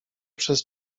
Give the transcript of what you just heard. przez